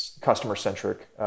customer-centric